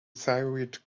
thyroid